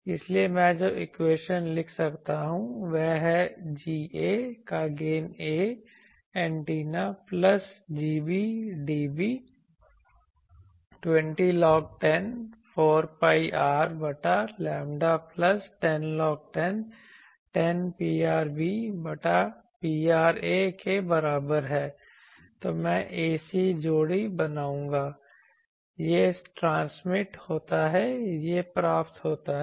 इसलिए मैं जो इक्वेशन लिख सकता हूं वह है Ga का gain a antenna plus Gb dB 20log10 4 pi R बटा लैम्ब्डा प्लस 10log10 Prb बटा Praके बराबर है तो मैं ac जोड़ी बनाऊंगा यह ट्रांसमिट होता है यह प्राप्त होता है